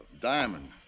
Diamond